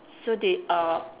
so they are